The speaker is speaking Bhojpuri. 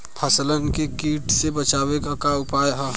फसलन के कीट से बचावे क का उपाय है?